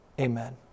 Amen